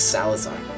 Salazar